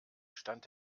stand